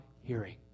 hearing